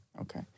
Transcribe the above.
Okay